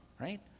right